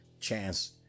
chance